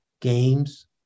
games